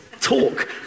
talk